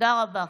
תודה רבה.